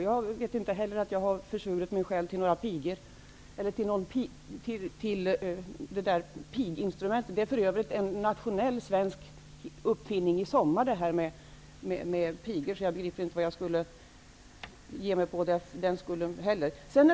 Jag vet inte av att jag har försvurit mig till piginstrumentet. Det är för övrigt en nationell, svensk uppfinning sedan i somras, detta med pigor. Jag begriper inte varför jag skulle ge mig in i den debatten.